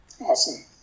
Awesome